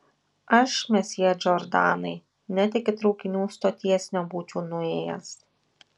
aš mesjė džordanai net iki traukinių stoties nebūčiau nuėjęs